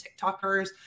TikTokers